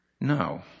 No